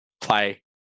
play